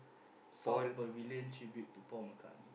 South Pavilion Tribute to Paul-McCartney